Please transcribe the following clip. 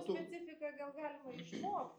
specifiką gal galima išmokt